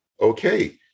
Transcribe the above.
okay